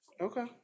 Okay